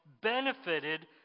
benefited